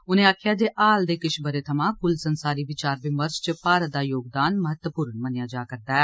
उनें आखेआ जे हाल दे किश ब' रें थमां कुल संसारी विचार विमर्श च भारत दा योगदान महत्वपूर्ण मन्नेआ जा' रदा ऐ